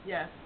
Yes